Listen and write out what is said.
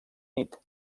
nit